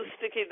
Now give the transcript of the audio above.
sticky